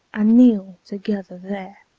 and kneel together there.